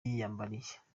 yiyambariye